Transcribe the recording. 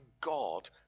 God